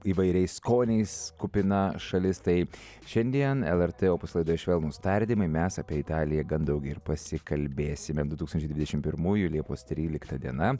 įvairiais skoniais kupina šalis taip šiandien lrt opus laidai švelnūs tardymai mes apie italiją gan daug ir pasikalbėsime du tūkstančiai dvidešimt pirmųjų liepos trylikta diena